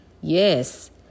Yes